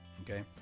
Okay